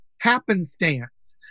happenstance